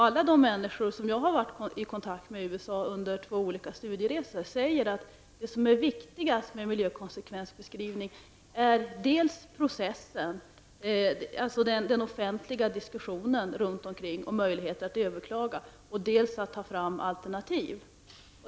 Alla de människor som jag har varit i kontakt med under två olika studieresor i USA säger att det viktigaste med miljökonsekvensbeskrivning är dels processen, dvs. den offentliga diskussionen kring frågan och möjligheten att överklaga, dels att ta fram alternativ.